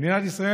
מדינת ישראל,